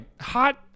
hot